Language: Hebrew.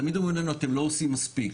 תמיד אומרים לנו אתם לא עושים מספיק.